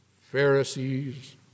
Pharisees